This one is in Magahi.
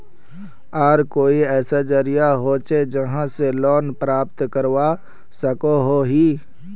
आर कोई ऐसा जरिया होचे जहा से लोन प्राप्त करवा सकोहो ही?